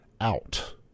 out